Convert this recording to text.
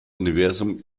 universum